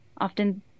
often